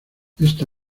esta